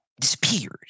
disappeared